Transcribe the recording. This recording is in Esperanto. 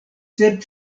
sep